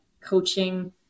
coaching